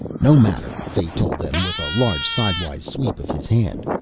no matter, fay told them with a large sidewise sweep of his hand.